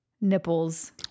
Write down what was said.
nipples